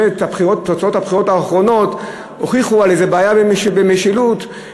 שתוצאות הבחירות האחרונות הוכיחו איזו בעיה במשילות,